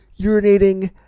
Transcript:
urinating